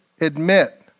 admit